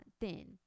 thin